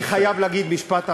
אני חייב להגיד משפט אחרון.